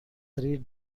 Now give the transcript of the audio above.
three